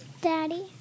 Daddy